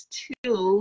two